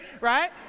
right